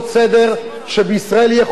שבישראל יהיה חוק התנדבות,